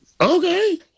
Okay